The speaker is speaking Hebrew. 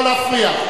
לא להפריע.